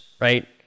Right